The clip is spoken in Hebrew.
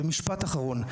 ומשפט אחרון.